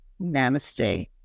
namaste